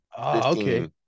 okay